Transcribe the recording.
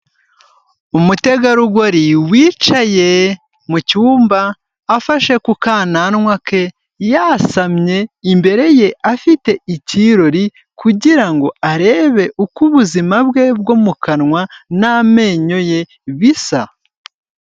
Umutegarugori wicaye mu cyumba afashe ku kananwa ke, yasamye, imbere ye, afite icyirori kugira ngo arebe uko ubuzima bwe bwo mu kanwa n'amenyo ye bisa.